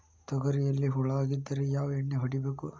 ತೊಗರಿಯಲ್ಲಿ ಹುಳ ಆಗಿದ್ದರೆ ಯಾವ ಎಣ್ಣೆ ಹೊಡಿಬೇಕು?